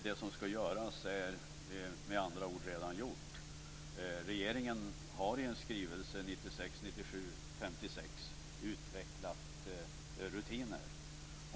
Det som skall göras är med andra ord redan gjort. Regeringen har i en skrivelse 1996/97:56 utvecklat rutiner.